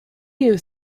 you